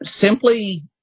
simply